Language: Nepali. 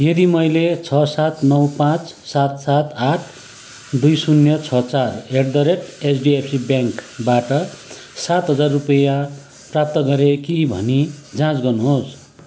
यदि मैले छ सात नौ पाँच सात सात आठ दुई शून्य छ चार एट द रेट एचडिएफसि ब्याङ्कबाट सात हजार रुपियाँ प्राप्त गरेँ कि भनी जाँच गर्नुहोस्